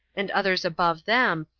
and others above them,